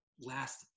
last